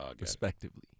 respectively